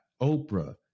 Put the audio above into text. Oprah